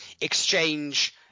exchange